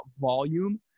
volume